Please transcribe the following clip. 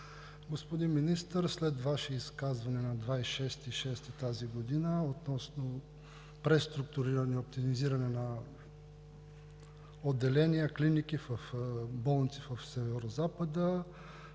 Господин Министър, след Ваше изказване от 26 юни 2019 г. относно преструктуриране и оптимизиране на отделения, клиники, болници в Северозапада